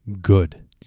good